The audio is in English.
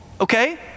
okay